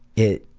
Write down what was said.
it